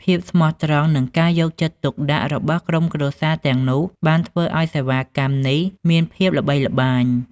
ភាពស្មោះត្រង់និងការយកចិត្តទុកដាក់របស់ក្រុមគ្រួសារទាំងនោះបានធ្វើឱ្យសេវាកម្មនេះមានភាពល្បីល្បាញ។